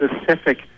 specific